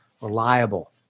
reliable